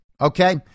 okay